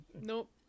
Nope